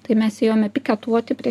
tai mes ėjome piketuoti prie